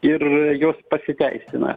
ir jos pasiteisina